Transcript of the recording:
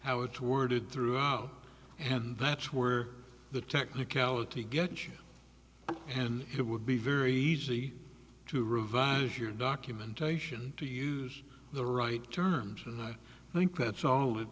how it's worded throughout and that's were the technicality get you and it would be very easy to revise your documentation to use the right terms and i think that's